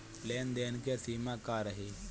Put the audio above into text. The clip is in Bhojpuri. लेन देन के सिमा का रही?